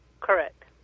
Correct